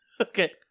Okay